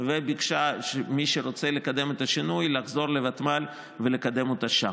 וביקשה ממי שרוצה לקדם את השינוי לחזור לוותמ"ל ולקדם אותה שם.